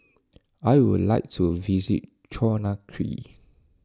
I would like to visit Conakry